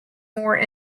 more